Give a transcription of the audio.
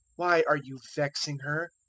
why are you vexing her?